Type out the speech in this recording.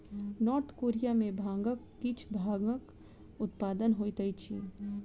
north Korea में भांगक किछ भागक उत्पादन होइत अछि